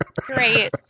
great